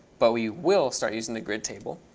but we will start using the grid table.